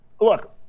look